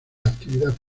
actividad